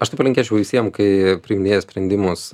aš tai palinkėčiau visiems kai priiminėja sprendimus